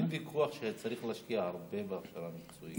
אין ויכוח שצריך להשקיע הרבה בהכשרה מקצועית,